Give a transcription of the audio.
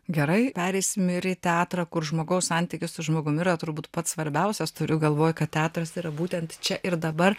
gerai pereisim ir į teatrą kur žmogaus santykis su žmogumi yra turbūt pats svarbiausias turiu galvoj kad teatras yra būtent čia ir dabar